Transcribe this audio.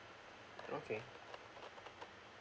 okay